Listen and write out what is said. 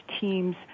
teams